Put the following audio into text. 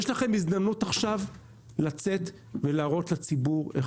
יש לכם הזדמנות עכשיו לצאת ולהראות לציבור איך